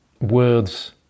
words